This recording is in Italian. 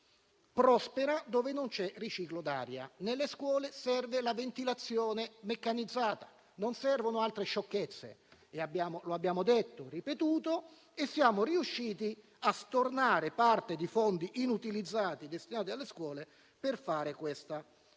soprattutto dove non c'è ricircolo d'aria: nelle scuole serve la ventilazione meccanizzata, non servono altre sciocchezze. Lo abbiamo detto e ripetuto e siamo riusciti a stornare parte dei fondi inutilizzati destinati alle scuole per realizzare